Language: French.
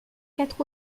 quatre